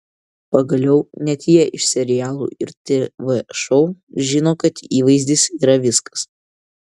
pagaliau net jie iš serialų ir tv šou žino kad įvaizdis yra viskas